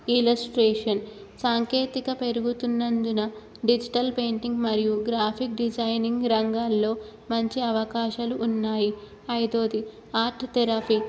illustration సాంకేతికత పెరుగుతున్నందున digital painting మరియు గ్రాఫిక్ డిజైనింగ్ రంగాల్లో మంచి అవకాశాలు ఉన్నాయి ఐదవది ఆర్ట్ థెరపీ